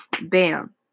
bam